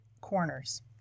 corners